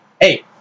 hey